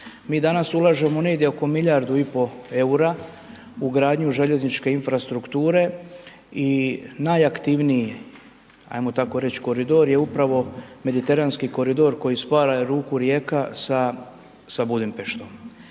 Mi danas ulažemo negdje oko milijardu i pol eura u gradnju željezničke infrastrukture i najaktivniji, ajmo tako reći, koridor je upravo Mediteranski koridor koji spaja Luku Rijeka sa Budimpeštom.